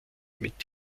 mit